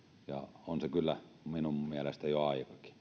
ja on se kyllä minun mielestäni jo